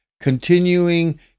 Continuing